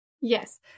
Yes